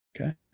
Okay